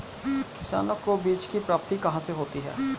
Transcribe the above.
किसानों को बीज की प्राप्ति कहाँ से होती है?